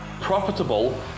profitable